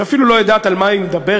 שאפילו לא יודעת על מה היא מדברת.